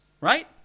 right